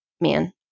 man